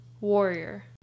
warrior